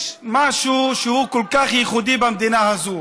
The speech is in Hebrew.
יש משהו שהוא כל כך ייחודי במדינה הזו,